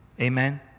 Amen